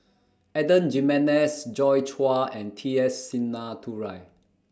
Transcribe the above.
Adan Jimenez Joi Chua and T S Sinnathuray